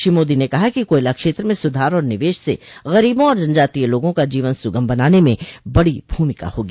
श्री मोदी ने कहा कि कोयला क्षेत्र में सुधार और निवेश से गरीबों और जनजातीय लोगों का जीवन सुगम बनाने में बड़ी भूमिका होगी